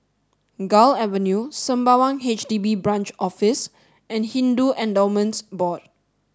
Gul Avenue Sembawang H D B Branch Office and Hindu Endowments Board